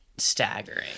staggering